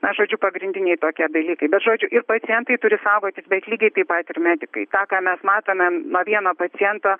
na žodžiu pagrindiniai tokie dalykai bet žodžiu ir pacientai turi saugotis bet lygiai taip pat ir medikai tą ką mes matome nuo vieno paciento